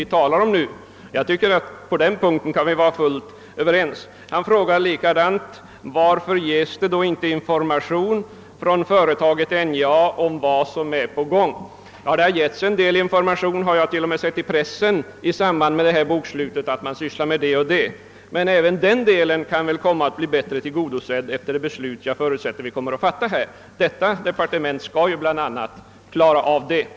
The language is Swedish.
På den punkten tycker jag att vi kan vara fullt överens. Även herr Ståhl frågade varför det inte ges information från NJA om vad som är på gång. Det har getts en del information — t.o.m. i pressen, har jag sett — i samband med detta bokslut. Men även informationskravet kommer väl att bli bättre tillgodosett efter det beslut som jag förutsätter att vi i dag kommer att fatta. Detta departement skall ju bland annat syssla med just sådana saker.